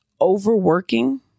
overworking